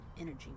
energy